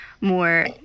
more